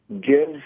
give